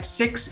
six